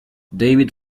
david